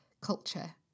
culture